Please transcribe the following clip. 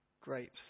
grapes